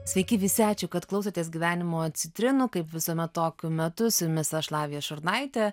sveiki visi ačiū kad klausotės gyvenimo citrinų kaip visuomet tokiu metu su jumis aš lavija šurnaitė